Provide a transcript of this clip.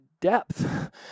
depth